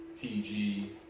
PG